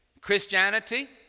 Christianity